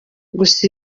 gusa